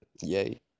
Yay